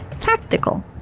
Tactical